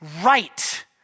right